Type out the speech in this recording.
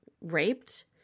raped